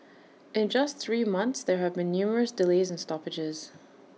in just three months there have been numerous delays and stoppages